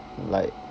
like